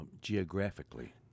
Geographically